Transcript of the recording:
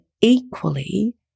equally